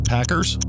Packers